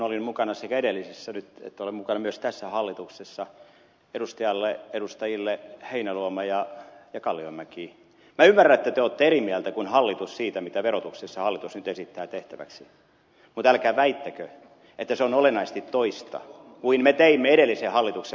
olin mukana edellisessä ja olen mukana myös tässä hallituksessa edustajat heinäluoma ja kalliomäki ja minä ymmärrän että te olette eri mieltä kuin hallitus siitä mitä verotuksessa hallitus nyt esittää tehtäväksi mutta älkää väittäkö että se on olennaisesti toista kuin mitä me teimme edellisen hallituksen aikana